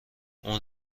اون